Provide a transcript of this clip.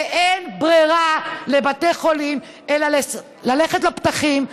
שאין ברירה לבתי חולים אלא ללכת לפתחים,